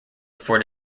before